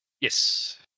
Yes